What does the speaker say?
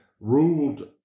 ruled